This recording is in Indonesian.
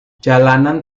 jalanan